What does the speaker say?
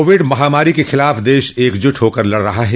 Covid महामारी के खिलाफ देश एकजुट होकर लड़ रहा है